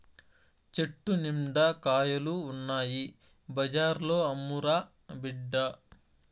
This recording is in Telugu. చెట్టు నిండా కాయలు ఉన్నాయి బజార్లో అమ్మురా బిడ్డా